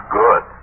good